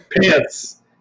pants